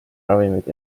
ravimid